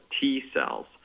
T-cells